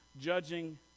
judging